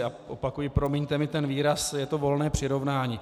A opakuji, promiňte mi ten výraz, je to volné přirovnání.